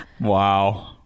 wow